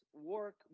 work